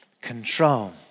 control